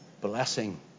blessing